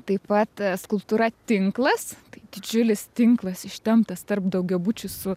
taip pat skulptūra tinklas tai didžiulis tinklas ištemptas tarp daugiabučių su